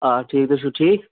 آ تُہۍ حظ چھِوٕ ٹھیٖک